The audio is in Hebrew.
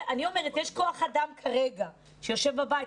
אני אומרת שכרגע יש כוח אדם שיושב בבית.